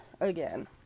again